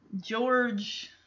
George